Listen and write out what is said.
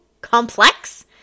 complex